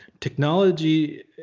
technology